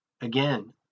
Again